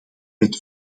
wet